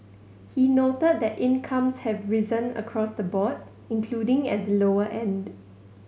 he noted that incomes have risen across the board including at the lower end